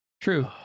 True